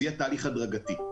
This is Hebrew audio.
זה יהיה תהליך הדרגתי.